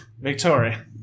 Victoria